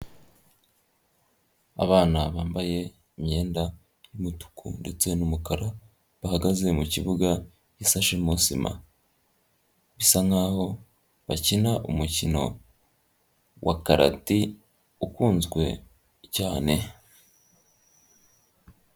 Abana bambaye imyenda y'umutuku ndetse n'umukara, bahagaze mu kibuga gishashemo sima. Bisa nk'aho bakina umukino wa karate ukunzwe cyane.